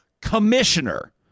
commissioner